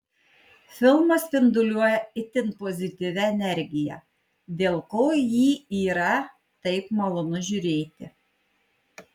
filmas spinduliuoja itin pozityvia energija dėl ko jį yra taip malonu žiūrėti